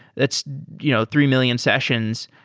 that's you know three million sessions.